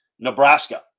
Nebraska